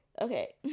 Okay